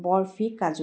বৰফি কাজু